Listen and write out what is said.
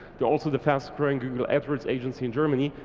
they're also the fastest growing google adwords agency in germany,